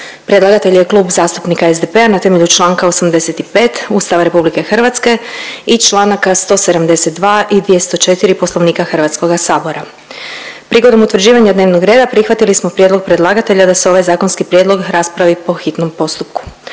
Predlagatelj je Klub zastupnika SDP-a na temelju čl. 85. Ustava RH i čl. 172. i 204. Poslovnika HS. Prigodom utvrđivanja dnevnog reda prihvatili smo prijedlog predlagatelja da se ovaj zakonski prijedlog raspravi po hitnom postupku.